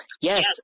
Yes